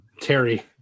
Terry